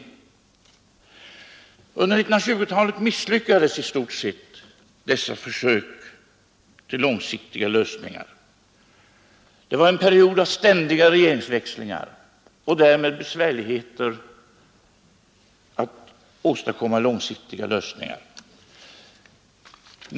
Under 1920-talet misslyckades i stort sett dessa försök till långsiktiga lösningar. Det var en period av ständiga regeringsväxlingar och därmed svårigheter att åstadkomma långsiktiga lösningar.